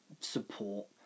support